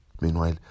Meanwhile